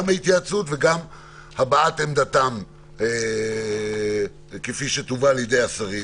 גם התייעצות וגם הבעת עמדתם כפי שתובא לידי השרים.